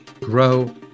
grow